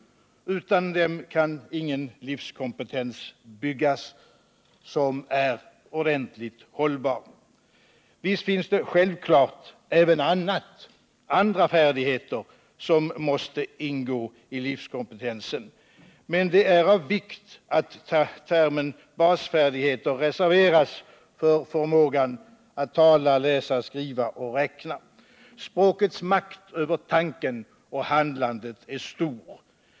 Utan dem kan ingen livskompetens byggas som är ordentligt hållbar. Självfallet finns det även andra färdigheter som måste ingå i livskompetensen. Men det är av vikt att termen basfärdigheter reserveras för förmågan att tala, läsa, skriva och räkna. Språkets makt över tanken och handlandet är stor.